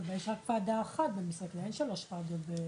אבל יש רק וועדה אחת, אין שלוש וועדות.